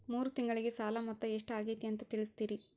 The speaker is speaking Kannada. ಮೂರು ತಿಂಗಳಗೆ ಸಾಲ ಮೊತ್ತ ಎಷ್ಟು ಆಗೈತಿ ಅಂತ ತಿಳಸತಿರಿ?